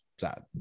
sad